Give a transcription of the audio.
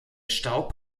staub